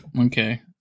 Okay